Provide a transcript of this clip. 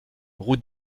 route